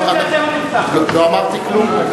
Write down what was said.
לא אמרתי כלום.